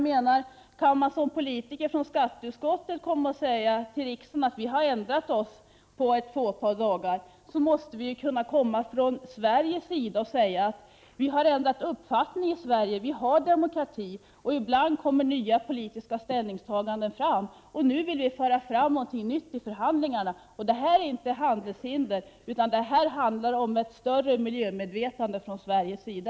Men kan man som politiker i skatteutskottet säga till riksdagen att man efter bara ett fåtal dagar har ändrat sig, måste vi också från svensk sida i förhandlingarna kunna säga att vi i Sverige har ändrat uppfattning — vi har demokrati, och ibland kommer nya politiska ställningstaganden fram. Vi vill nu föra fram något nytt i förhandlingarna, och det rör sig här inte om handelshinder utan om ett uttryck för ett större miljömedvetande från Sveriges sida.